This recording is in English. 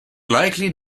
likely